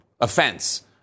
offense